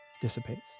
dissipates